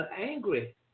angry